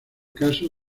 caso